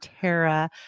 Tara